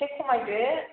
इसे खमायदो